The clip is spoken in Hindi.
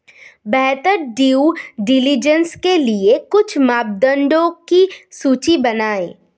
बेहतर ड्यू डिलिजेंस के लिए कुछ मापदंडों की सूची बनाएं?